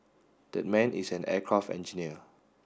that man is an aircraft engineer